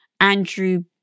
Andrew